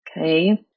okay